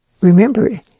Remember